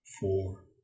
four